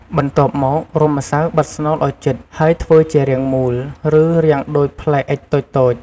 បន្ទាប់មករុំម្សៅបិទស្នូលឲ្យជិត ហើយធ្វើជារាងមូល ឬរាងដូចផ្លែអុិចតូចៗ។